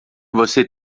você